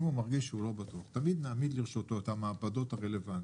אם הוא מרגיש שהוא לא בטוח תמיד נעמיד לרשותו את המעבדות הרלוונטיות,